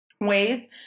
ways